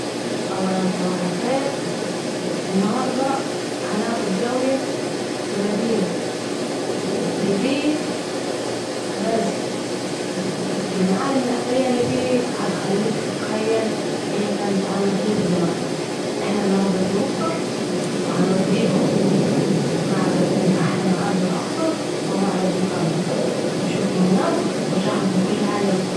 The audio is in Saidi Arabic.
أولا ، صباح الخير انهارده هناخد جوله في مدينه ريفيه بس المعالم الاثريه الي فيها هتخليك تتخيل هي كانت عامله كيف زمان ، إحنا انهردا في اللقصر ، و هنوديكم معبد من احلي معابد الأقصر وهو معبد الكرنك نشوفكم هناك ، ونشرح لكم مل حاجه بالتفصيل